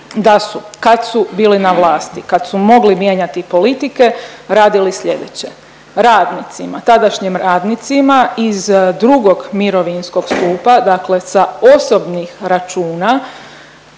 da su kad su bili na vlasti, kad su mogli mijenjati politike radili slijedeće, radnicima, tadašnjim radnicima iz II. mirovinskog stupa dakle sa osobnih računa